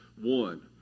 one